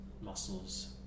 muscles